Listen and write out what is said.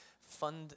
fund